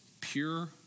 pure